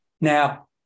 Now